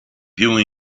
più